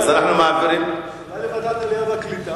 אולי לוועדת העלייה והקליטה?